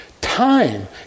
time